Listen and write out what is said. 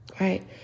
Right